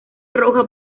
roja